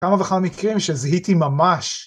כמה וכמה מקרים שזהיתי ממש.